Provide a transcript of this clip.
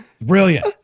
brilliant